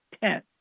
Ten